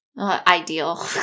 Ideal